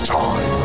time